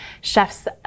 chefs